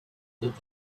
that